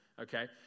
okay